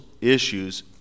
issues